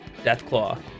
Deathclaw